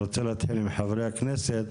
אני רוצה להתחיל עם חברי הכנסת,